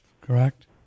correct